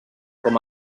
com